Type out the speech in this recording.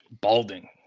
Balding